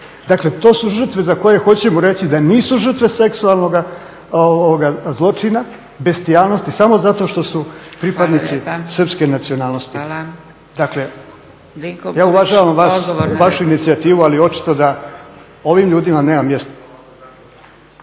Dakle, to su žrtve za koje hoćemo reći da nisu žrtve seksualnoga zločina, …, samo zato što su pripadnici Srpske nacionalnosti. Dakle, ja uvažavam vas i vašu inicijativu, ali očito da ovim ljudima nema mjesta.